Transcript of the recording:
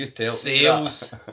sales